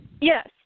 Yes